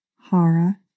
hara